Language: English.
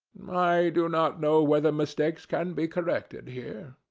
i do not know whether mistakes can be corrected here.